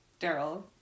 Daryl